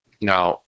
Now